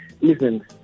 listen